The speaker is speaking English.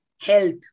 health